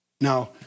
Now